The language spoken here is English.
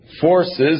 forces